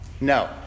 No